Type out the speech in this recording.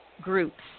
groups